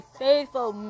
faithful